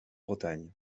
bretagne